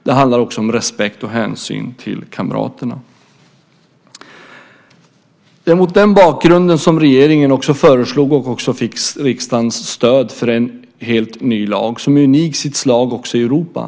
Det handlar också om respekt och hänsyn till kamraterna. Det var mot den bakgrunden som regeringen föreslog och också fick riksdagens stöd för en helt ny lag som är unik i sitt slag också i Europa.